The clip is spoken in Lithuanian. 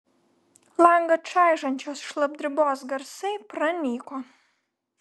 langą čaižančios šlapdribos garsai pranyko